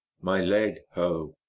my leg, ho!